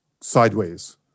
sideways